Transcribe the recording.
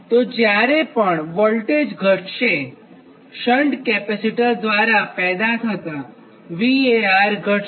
તો જ્યારે પણ વોલ્ટેજ ઘટશે શન્ટ કેપેસિટર દ્વારા પેદા થતાં VAR ઘટશે